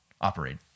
operate